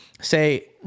say